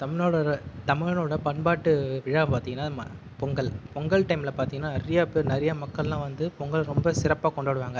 தமிழனோடய தமிழனோடய பண்பாட்டு விழானு பார்த்தீங்கன்னா பொங்கல் பொங்கல் டைமில் பார்த்தீங்கன்னா நிறைய பேர் நிறைய மக்கள் எல்லாம் வந்து பொங்கல் ரொம்ப சிறப்பாக கொண்டாடுவாங்கள்